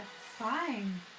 fine